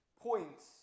points